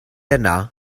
yno